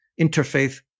interfaith